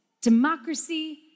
Democracy